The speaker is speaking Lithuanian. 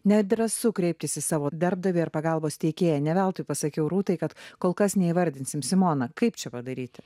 nedrąsu kreiptis į savo darbdavį ar pagalbos teikėją ne veltui pasakiau rūtai kad kol kas neįvardinsim simona kaip čia padaryti